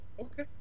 Okay